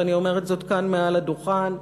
ואני אומרת זאת כאן מעל הדוכן: